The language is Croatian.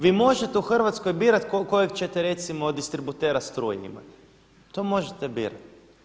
Vi možete u Hrvatskoj birati kojeg ćete recimo distributera struje imati, to možete birati.